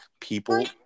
people